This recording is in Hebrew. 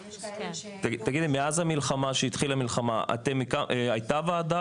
יש כאלו ש- -- מאז שהתחילה המלחמה התכנסה וועדה